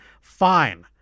fine